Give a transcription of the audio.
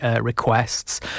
requests